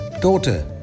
Daughter